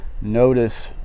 Notice